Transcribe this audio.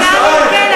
אבל גם אם כן,